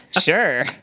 sure